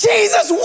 Jesus